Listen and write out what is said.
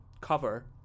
cover